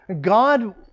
God